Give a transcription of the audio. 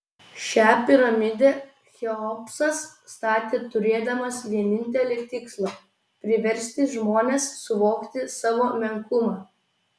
šią piramidę cheopsas statė turėdamas vienintelį tikslą priversti žmones suvokti savo menkumą